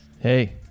Hey